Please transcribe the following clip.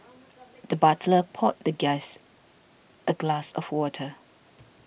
the butler poured the guest a glass of water